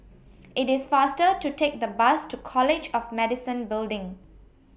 IT IS faster to Take The Bus to College of Medicine Building